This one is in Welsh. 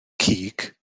cig